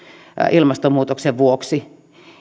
ilmastonmuutoksen vuoksi